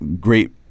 great